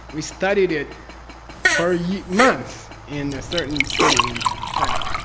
we studied it for year. months, in a certain city in china.